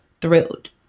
thrilled